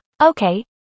Okay